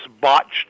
botched